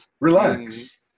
Relax